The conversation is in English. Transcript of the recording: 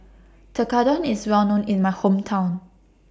Tekkadon IS Well known in My Hometown